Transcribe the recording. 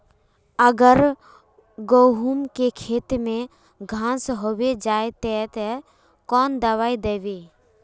अगर गहुम के खेत में घांस होबे जयते ते कौन दबाई दबे?